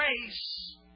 grace